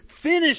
Finish